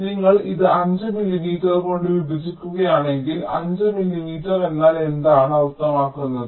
അതിനാൽ നിങ്ങൾ ഇത് 5 മില്ലീമീറ്റർ കൊണ്ട് വിഭജിക്കുകയാണെങ്കിൽ 5 മില്ലീമീറ്റർ എന്നാൽ എന്താണ് അർത്ഥമാക്കുന്നത്